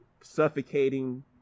suffocating